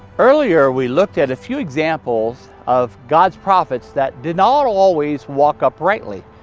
earlier we looked at a few examples of god's prophets that did not always walk uprightly.